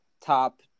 top